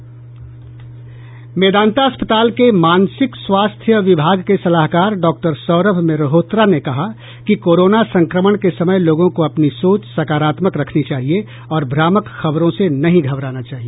मेदांता अस्पताल के मानसिक स्वास्थ्य विभाग के सलाहकार डॉक्टर सौरभ मेहरोत्रा ने कहा कि कोरोना संक्रमण के समय लोगों को अपनी सोच सकारात्मक रखनी चाहिए और भ्रामक खबरों से नहीं घबराना चाहिए